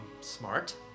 Smart